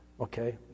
Okay